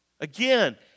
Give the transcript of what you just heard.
Again